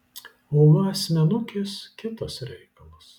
o va asmenukės kitas reikalas